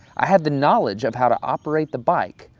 i had the knowledge of how to operate the bike,